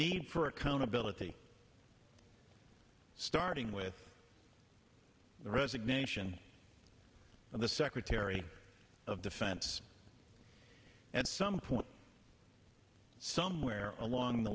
need for accountability starting with the resignation of the secretary of defense at some point somewhere along the